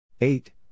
eight